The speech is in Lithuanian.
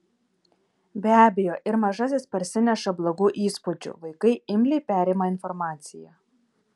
be abejo ir mažasis parsineša blogų įspūdžių vaikai imliai perima informaciją